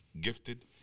gifted